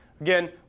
Again